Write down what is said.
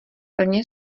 plně